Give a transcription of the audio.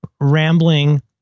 rambling